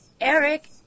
Eric